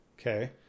Okay